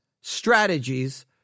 strategies